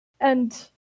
And-